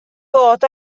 bod